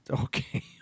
Okay